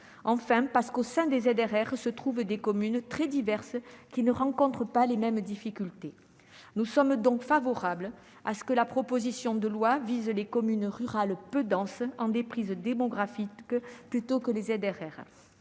Enfin, parce que les ZRR comprennent des communes très diverses, qui ne rencontrent pas les mêmes difficultés. Nous sommes donc favorables au fait de viser les communes rurales peu denses en déprise démographique, plutôt que les ZRR.